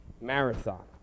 marathon